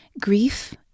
Grief